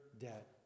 debt